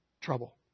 trouble